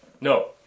no